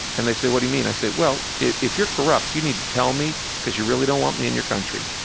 and they say, what do you mean? i said, well, if you're corrupt, you need to tell me, because you really don't want me in your country,